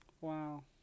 wow